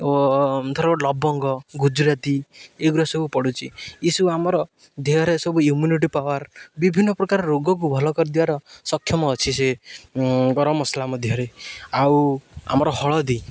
ଓ ଧର ଲବଙ୍ଗ ଗୁଜୁରାତି ଏଇଗୁୁରା ସବୁ ପଡ଼ୁଚି ଇଏସବୁ ଆମର ଦେହରେ ସବୁ ଇମ୍ୟୁନିଟି ପାୱାର ବିଭିନ୍ନ ପ୍ରକାର ରୋଗକୁ ଭଲ କରିଦେବାର ସକ୍ଷମ ଅଛି ସେ ଗରମ ମସଲା ମଧ୍ୟରେ ଆଉ ଆମର ହଳଦୀ